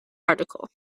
article